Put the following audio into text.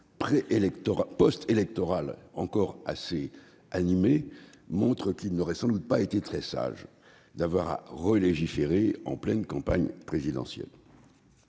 postélectoral encore assez animé, montre qu'il n'aurait sans doute pas été très sage d'avoir à légiférer en pleine campagne présidentielle.